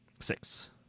Six